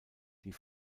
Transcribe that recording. die